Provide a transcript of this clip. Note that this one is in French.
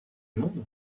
monde